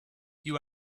you